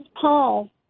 Paul